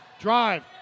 Drive